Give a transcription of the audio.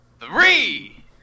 Three